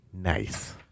Nice